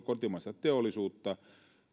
kotimaista teollisuutta